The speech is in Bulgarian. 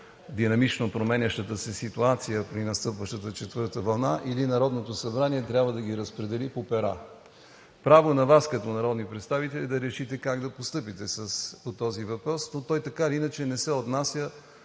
динамично променящата се ситуация при настъпващата четвърта вълна, или Народното събрание трябва да ги разпредели по пера. Право на Вас като народни представители е да решите как да постъпите по този въпрос, но той така или иначе не се отнася